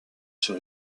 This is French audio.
sur